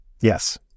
yes